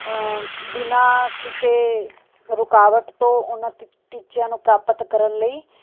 ਬਿਨਾ ਕਿਸੇ ਰੁਕਾਵਟ ਤੋਂ ਉਨ੍ਹਾਂ ਟ ਟੀਚਿਆਂ ਨੂੰ ਪ੍ਰਾਪਤ ਕਰਨ ਲਈ